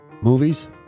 movies